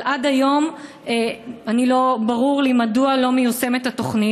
לא ברור לי מדוע עד היום לא מיושמת התוכנית,